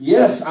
Yes